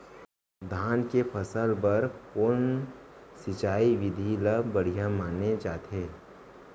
धान के फसल बर कोन सिंचाई विधि ला बढ़िया माने जाथे?